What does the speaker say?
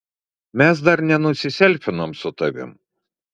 mes dar nenusiselfinom su tavim